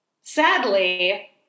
sadly